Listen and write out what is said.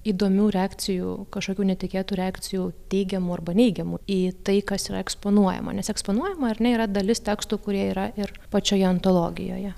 įdomių reakcijų kažkokių netikėtų reakcijų teigiamų arba neigiamų į tai kas yra eksponuojama nes eksponuojama ar ne yra dalis tekstų kurie yra ir pačioje antologijoje